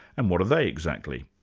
and what are they, exactly?